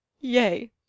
yea